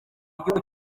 igihugu